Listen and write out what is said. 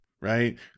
right